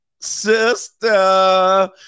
Sister